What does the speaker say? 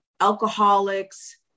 alcoholics